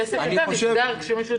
כי עסק קטן נסגר כשמישהו יוצא לבידוד.